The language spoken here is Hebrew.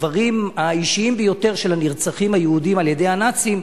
הדברים האישיים ביותר של הנרצחים היהודים על-ידי הנאצים,